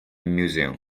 museum